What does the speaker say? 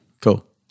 cool